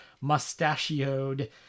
mustachioed